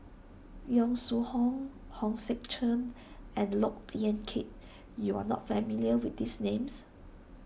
Yong Shu Hoong Hong Sek Chern and Look Yan Kit you are not familiar with these names